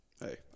Hey